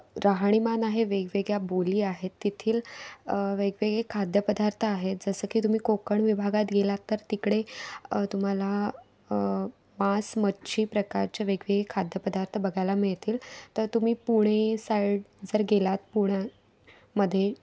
राहणीमान आहे वेगवेगळ्या बोली आहेत तिथील वेगवेगळे खाद्य पदार्थ आहेत जसं की तुम्ही कोकण विभागात गेलात तर तिकडे तुम्हाला मांस मच्छी प्रकारचे वेगवेगळे खाद्य पदार्थ बघायला मिळतील तर तुम्ही पुणे साइड जर गेलात पुण्यामध्ये